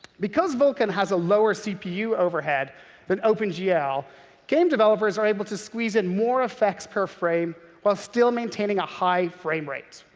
because vulkan has a lower cpu overhead than opengl, yeah game developers are able to squeeze in more effects per frame while still maintaining a high frame rate.